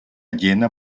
llena